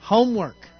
Homework